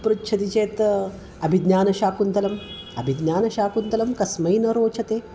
पृच्छति चेत् अभिज्ञानशाकुन्तलम् अभिज्ञानशाकुन्तलं कस्मै न रोचते